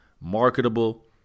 Marketable